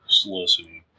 soliciting